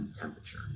temperature